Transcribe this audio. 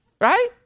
Right